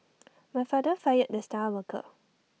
my father fired the star worker